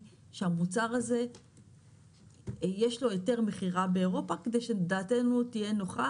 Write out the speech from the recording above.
שהמוצר הזה יש לו היתר מכירה באירופה כדי שדעתנו תהיה נוחה